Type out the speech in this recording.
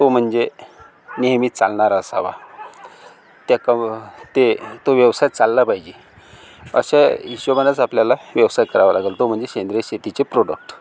तो म्हणजे नेहमी चालणारा असावा त्या कौ ते तो व्यवसाय चालला पाहिजे अशा हिशेबानेच आपल्याला व्यवसाय करावा लागेल तो म्हणजे सेंद्रिय शेतीचे प्रोडक्ट